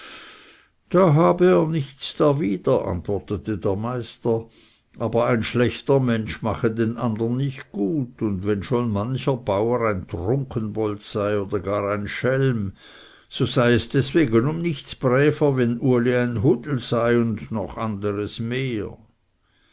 da habe er nichts darwider antwortete der meister aber ein schlechter mensch mache den andern nicht gut und wenn schon mancher bauer ein trunkenbold sei oder gar ein schelm so sei es deswegen um nichts bräver wenn uli ein hudel sei und noch anderes mehr